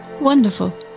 wonderful